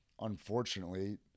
unfortunately